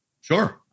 sure